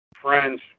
friends